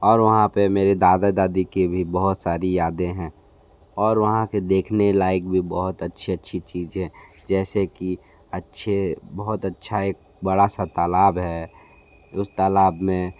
और वहाँ पे मेरे दादा दादी की भी वहाँ सारी यादें हैं और वहाँ के देखने लायक भी बहुत अच्छी अच्छी चीज़ें हैं जैसे कि अच्छे बहुत अच्छा एक बड़ा सा तालाब है उस तालाब में